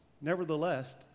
nevertheless